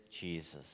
Jesus